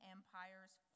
Empire's